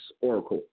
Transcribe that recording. Oracle